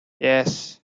yes